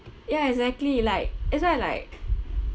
ya exactly like that's why I like